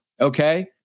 okay